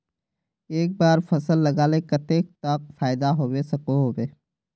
एक बार फसल लगाले कतेक तक फायदा होबे सकोहो होबे?